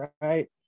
right